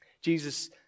Jesus